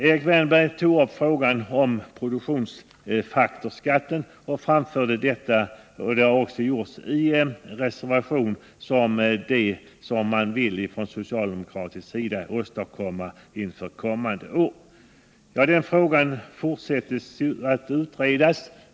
Erik Wärnberg tog upp frågan om produktionsfaktorsskatten och framhöll denna som en lösning för kommande år. Det har också skett i en reservation. Den frågan fortsätter man att utreda.